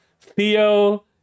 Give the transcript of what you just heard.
Theo